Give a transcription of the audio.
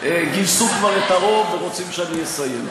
גייסו כבר את הרוב ורוצים שאני אסיים.